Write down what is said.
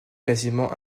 quasiment